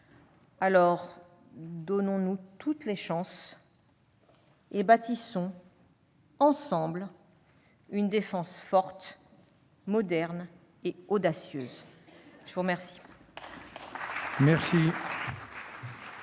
Alors, donnons-nous toutes les chances et bâtissons, ensemble, une défense forte, moderne et audacieuse. La parole